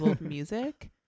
music